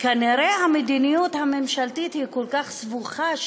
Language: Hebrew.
אז כנראה המדיניות הממשלתית היא כל כך סבוכה,